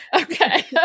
Okay